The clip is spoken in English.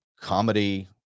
comedy